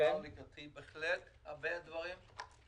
ובאו לקראתי בהחלט בהרבה דברים,